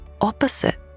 opposite